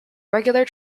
regular